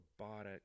robotic